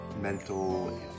mental